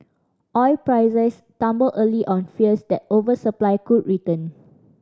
oil prices tumbled early on fears that oversupply could return